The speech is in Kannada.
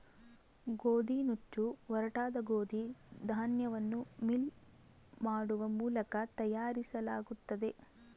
ಗೋದಿನುಚ್ಚು ಒರಟಾದ ಗೋದಿ ಧಾನ್ಯವನ್ನು ಮಿಲ್ ಮಾಡುವ ಮೂಲಕ ತಯಾರಿಸಲಾಗುತ್ತದೆ